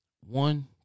One